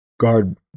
guard